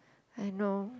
I know